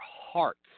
hearts